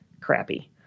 crappy